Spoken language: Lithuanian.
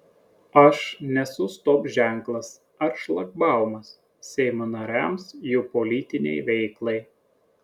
aš nesu stop ženklas ar šlagbaumas seimo nariams jų politinei veiklai